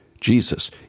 Jesus